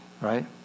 right